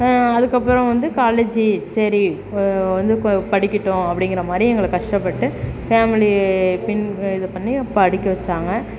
அதுக்கப்பறம் வந்து காலேஜி சரி வந்து கொ படிக்கட்டும் அப்படிங்கிற மாதிரி எங்களை கஷ்டப்பட்டு ஃபேமிலி தின் இது பண்ணி படிக்க வச்சாங்க